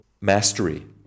mastery